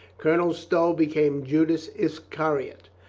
colonel stow became judas iscariot,